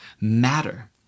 matter